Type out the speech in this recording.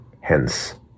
Hence